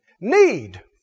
need